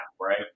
right